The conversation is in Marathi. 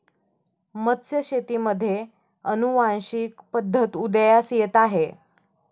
मत्स्यशेतीमध्ये अनुवांशिक पद्धत उदयास येत आहे